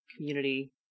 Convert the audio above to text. community